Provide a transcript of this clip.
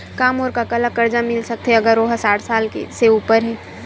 का मोर कका ला कर्जा मिल सकथे अगर ओ हा साठ साल से उपर हे?